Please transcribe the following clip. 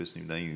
אפס נמנעים.